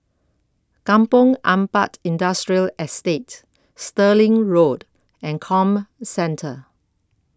Kampong Ampat Industrial Estate Stirling Road and Comcentre